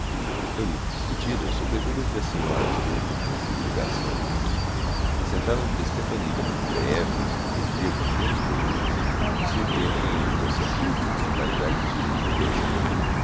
foi muito discutida sobretudo entre as senhoras tão incomprehensivel ligação accrescentavam que stepanida matveiévna regia com plenos poderes e sem ter quem lhe fosse á mão a totalidade dos bens do principe